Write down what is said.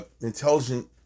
intelligent